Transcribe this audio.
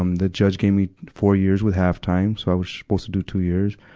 um the judge gave me four years with half time. so i was supposed to do two years.